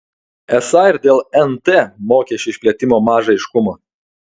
esą ir dėl nt mokesčio išplėtimo maža aiškumo